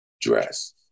dress